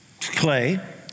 clay